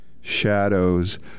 shadows